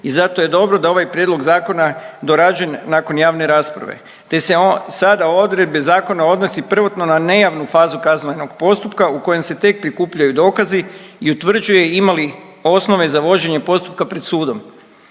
i zato je dobro da ovaj prijedlog zakona dorađen nakon javne rasprave, te se sada odredbe zakona odnosi prvotno na nejavnu fazu kaznenog postupka u kojem se tek prikupljaju dokazi i utvrđuje ima li osnove za vođenje postupka pred sudom.